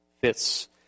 fits